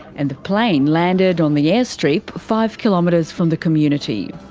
and the plane landed on the airstrip five kilometres from the community.